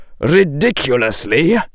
Ridiculously